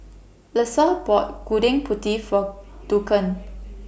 Lesa bought Gudeg Putih For Duncan